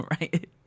right